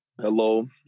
Hello